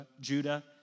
Judah